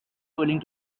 willing